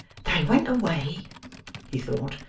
they went away he thought,